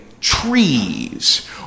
trees